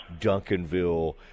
Duncanville